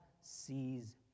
sees